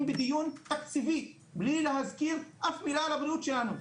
בדיון תקציבי בלי להזכיר אף מילה על הבריאות שלנו.